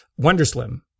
Wonderslim